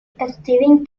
stephen